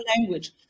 language